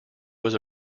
was